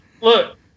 look